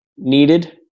needed